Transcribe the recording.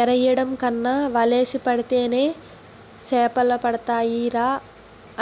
ఎరెయ్యడం కన్నా వలేసి పడితేనే సేపలడతాయిరా